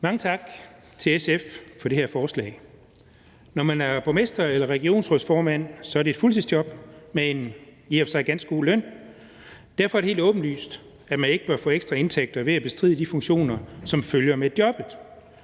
Mange tak til SF for det her forslag. Når man er borgmester eller regionsrådsformand, er det et fuldtidsjob med en i og for sig ganske god løn. Derfor er det helt åbenlyst, at man ikke bør få ekstra indtægter ved at bestride de funktioner, som følger med jobbet.